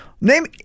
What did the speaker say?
Name